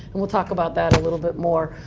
and we'll talk about that a little bit more.